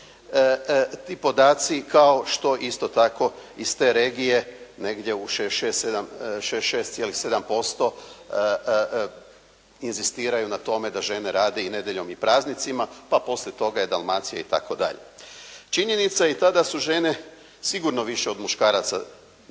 podaci kao što isto tako iz te regije negdje u 66,7% inzistiraju na tome da žene rade i nedjeljom i praznicima, pa poslije toga je Dalmacija itd. Činjenica je i to da su žene sigurno više od muškaraca još